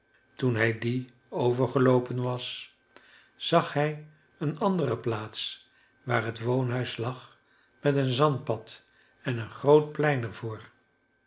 toen hij die overgeloopen was zag hij een andere plaats waar het woonhuis lag met een zandpad en een groot plein